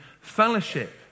fellowship